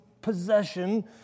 possession